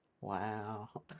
wow